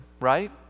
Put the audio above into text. right